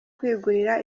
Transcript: kwigurira